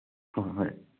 ꯍꯣ ꯍꯣꯏ